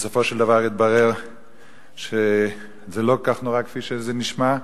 בסופו של דבר יתברר שזה לא כל כך נורא כפי שזה נשמע,